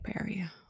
area